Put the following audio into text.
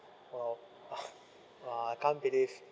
for uh I can't believe